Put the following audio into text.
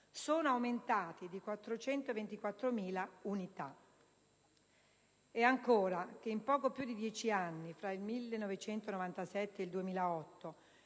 sono aumentati di 424.000 unità; e, ancora, che in poco più di 10 anni (fra il 1997 e il 2008)